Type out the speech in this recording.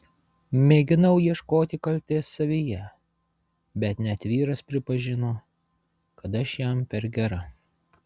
mėginau ieškoti kaltės savyje bet net vyras pripažino kad aš jam per gera